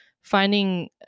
finding